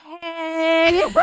hey